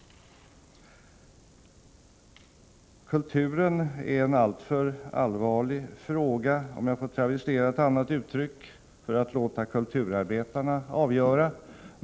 Kulturen är en alltför allvarlig fråga, om jag får travestera ett annat uttryck, för att man skall låta kulturarbetarna avgöra frågan.